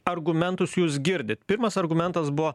argumentus jūs girdit pirmas argumentas buvo